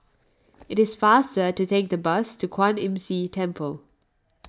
it is faster to take the bus to Kwan Imm See Temple